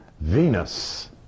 Venus